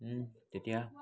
তেতিয়া